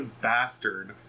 bastard